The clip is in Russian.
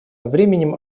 временем